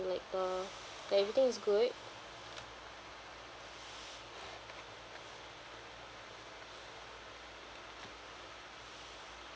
like the like everything is good